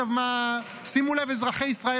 אזרחי ישראל,